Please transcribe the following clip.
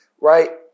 right